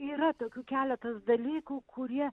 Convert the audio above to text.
yra tokių keletas dalykų kurie